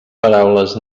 paraules